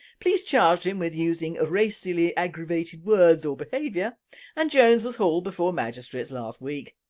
police charged him with using racially-aggravated words or behaviour and jones was hauled before magistrates last week.